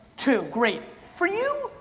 two, great. for you,